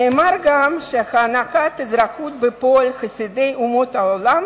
נאמר גם שהענקת אזרחות בפועל לחסידי אומות העולם